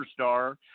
superstar